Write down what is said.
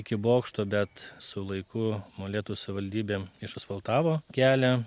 iki bokšto bet su laiku molėtų savivaldybė išasfaltavo kelią